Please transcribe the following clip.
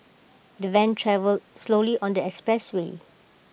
the van travelled slowly on the expressway